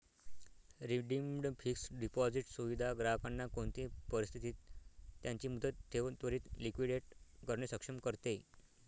redeemed fixed deposit सुविधा ग्राहकांना कोणते परिस्थितीत त्यांची मुदत ठेव त्वरीत लिक्विडेट करणे सक्षम करते